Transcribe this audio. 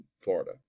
Florida